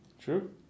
True